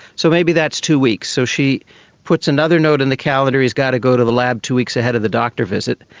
so maybe that's two weeks. so she puts another note in the calendar, he's got to go to the lab two weeks ahead of the doctor visit.